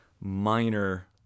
minor